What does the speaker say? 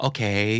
Okay